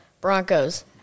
Broncos